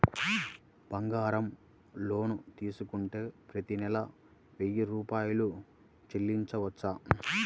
బంగారం లోన్ తీసుకుంటే ప్రతి నెల వెయ్యి రూపాయలు చెల్లించవచ్చా?